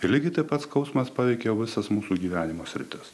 ir lygiai taip pat skausmas paveikia visas mūsų gyvenimo sritis